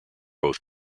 both